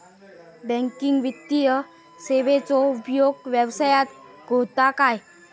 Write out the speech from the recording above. Banking वित्तीय सेवाचो उपयोग व्यवसायात होता काय?